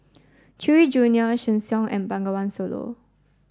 Chewy Junior Sheng Siong and Bengawan Solo